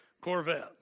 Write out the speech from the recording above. Corvette